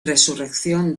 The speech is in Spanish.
resurrección